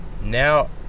now